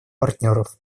партнеров